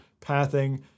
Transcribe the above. pathing